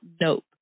Nope